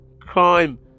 Crime